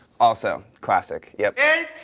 also. classic, yup.